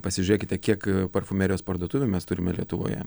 pasižiūrėkite kiek parfumerijos parduotuvių mes turime lietuvoje